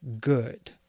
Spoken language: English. good